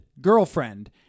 girlfriend—